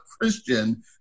Christian